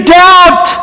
doubt